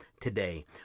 today